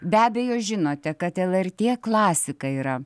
be abejo žinote kad lrt klasika yra